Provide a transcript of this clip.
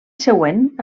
següent